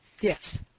Yes